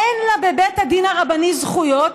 אין לה בבית הדין הרבני זכויות,